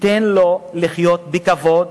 ותיתן לו לחיות בכבוד,